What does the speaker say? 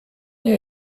nie